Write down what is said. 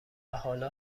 حالا